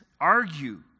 argue